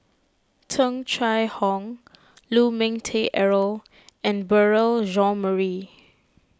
Tung Chye Hong Lu Ming Teh Earl and Beurel Jean Marie